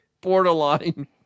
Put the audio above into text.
Borderline